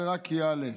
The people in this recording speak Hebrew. ורק יעלה.